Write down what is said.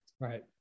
Right